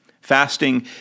Fasting